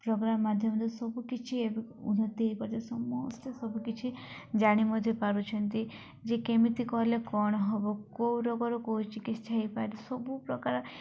programme ମାଧ୍ୟମରେ ସବୁକିଛି ଏବେ ଉନ୍ନତି ହୋଇପାରୁଛି ସମସ୍ତେ ସବୁକିଛି ଜାଣି ମଧ୍ୟ ପାରୁଛନ୍ତି ଯେ କେମିତି କହିଲେ କ'ଣ ହେବ କେଉଁ ରୋଗର କେଉଁ ଚିକିତ୍ସା ହୋଇପାରିବା ସବୁ ପ୍ରକାର